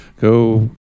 go